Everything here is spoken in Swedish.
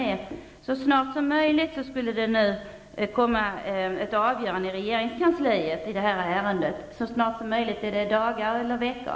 Och ytterligare en: Jordbruksministern sade att det skulle komma ett avgörande i det här ärendet från regeringskansliet så snart som möjligt. Är det fråga om dagar eller veckor?